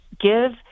give